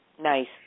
Nice